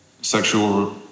sexual